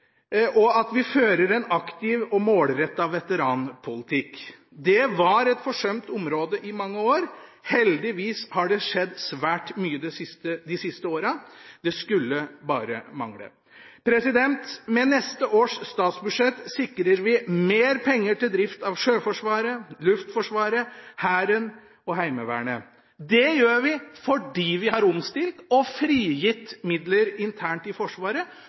og at vi fører en aktiv og målrettet veteranpolitikk. Det var et forsømt område i mange år. Heldigvis har det skjedd svært mye de siste åra. Det skulle bare mangle. Med neste års statsbudsjett sikrer vi mer penger til drift av Sjøforsvaret, Luftforsvaret, Hæren og Heimevernet. Det gjør vi fordi vi har omstilt og frigitt midler internt i Forsvaret,